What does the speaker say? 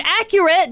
accurate